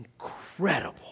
incredible